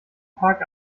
tag